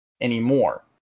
anymore